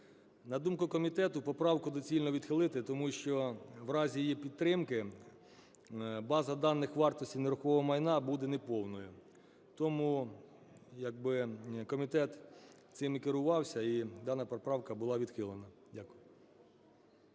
На думку комітету, поправку доцільно відхилити тому, що в разі її підтримки база даних вартості нерухомого майна буде неповною, тому як би комітет цим і керувався. І дана поправка була відхилена. Дякую.